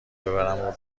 ببرم